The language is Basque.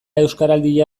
euskaraldia